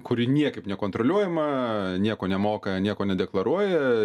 kuri niekaip nekontroliuojama nieko nemoka nieko nedeklaruoja